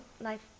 life